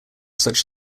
such